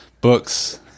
books